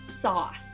sauce